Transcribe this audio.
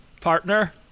partner